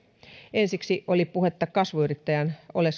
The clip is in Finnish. ensiksi oli puhetta kasvuyrittäjän